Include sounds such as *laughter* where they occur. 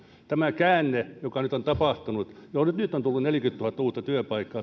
tämä käänne joka nyt on tapahtunut jo nyt nyt on tullut neljäkymmentätuhatta uutta työpaikkaa *unintelligible*